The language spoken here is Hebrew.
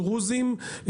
דרוזים,